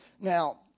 Now